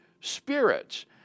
spirits